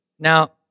Now